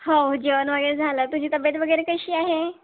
हो जेवण वगैरे झालं तुझी तब्येत वगैरे कशी आहे